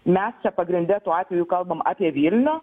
mes čia pagrinde tuo atveju kalbam apie vilnių